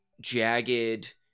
jagged